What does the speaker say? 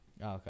Okay